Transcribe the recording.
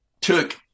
took